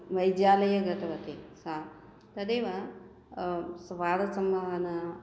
वैज्यालये गतवती सा तदेव स्वादसंवहनम्